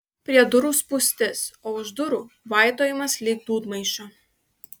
prie durų spūstis o už durų vaitojimas lyg dūdmaišio